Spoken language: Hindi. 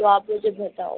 तो आप मुझे बताओ